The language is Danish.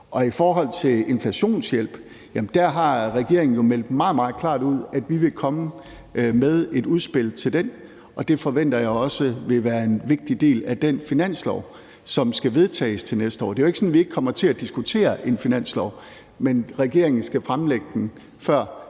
i forhold til inflationshjælp har regeringen jo meldt meget, meget klart ud, at vi vil komme med et udspil til den, og det forventer jeg også vil være en vigtig del af den finanslov, som skal vedtages til næste år. Det er jo ikke sådan, at vi ikke kommer til at diskuterer en finanslov, men regeringen skal fremlægge den, før